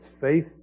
faith